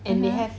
mmhmm